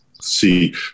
see